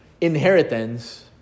inheritance